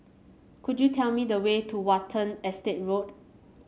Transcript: could you tell me the way to Watten Estate Road